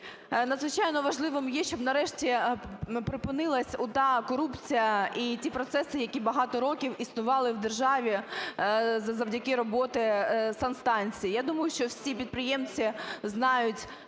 Надзвичайно важливим є, щоб нарешті припинилась ота корупція і ті процеси, які багато років існували в державі завдяки роботі санстанцій. Я думаю, що всі підприємці знають,